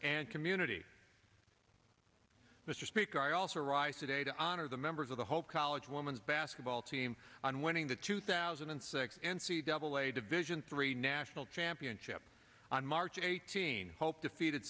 and community mr speaker i also rice a day to honor the members of the whole college women's basketball team winning the two thousand and six n c double a division three national championship on march eighteenth defeated